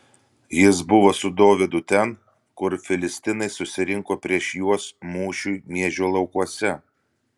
jis buvo su dovydu ten kur filistinai susirinko prieš juos mūšiui miežių laukuose